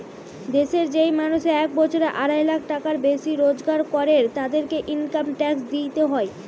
দেশের যেই মানুষ এক বছরে আড়াই লাখ টাকার বেশি রোজগার করের, তাদেরকে ইনকাম ট্যাক্স দিইতে হয়